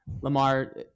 Lamar